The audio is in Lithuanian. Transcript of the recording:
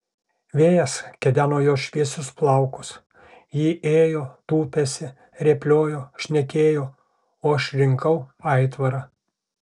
vėjas kedeno jos šviesius plaukus ji ėjo tupėsi rėpliojo šnekėjo o aš rinkau aitvarą